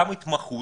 גם התמחות,